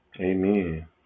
Amen